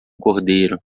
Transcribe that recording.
cordeiro